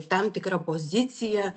tam tikra pozicija